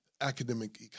academic